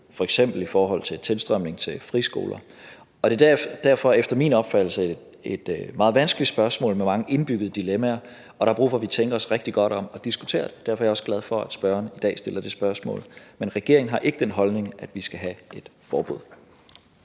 f.eks. i forhold til tilstrømningen til friskoler. Det er derfor efter min opfattelse et meget vanskeligt spørgsmål med mange indbyggede dilemmaer, og der er brug for, at vi tænker os rigtig godt om og diskuterer det. Derfor er jeg også glad for, at spørgeren i dag stiller det spørgsmål. Men regeringen har ikke den holdning, at vi skal have et forbud.